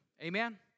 Amen